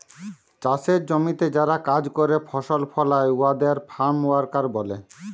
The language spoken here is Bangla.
চাষের জমিতে যারা কাজ ক্যরে ফসল ফলায় উয়াদের ফার্ম ওয়ার্কার ব্যলে